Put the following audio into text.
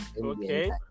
Okay